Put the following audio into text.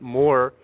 more